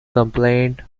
complaint